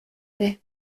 ere